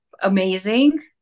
amazing